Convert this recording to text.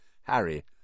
Harry